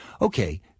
Okay